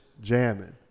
jamming